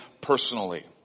personally